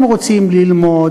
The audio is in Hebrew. הם רוצים ללמוד,